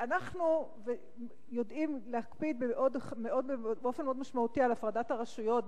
ואנחנו יודעים להקפיד באופן מאוד משמעותי על הפרדת הרשויות,